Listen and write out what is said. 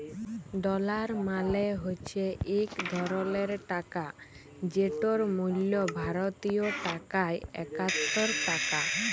dollar মালে হছে ইক ধরলের টাকা যেটর মূল্য ভারতীয় টাকায় একাত্তর টাকা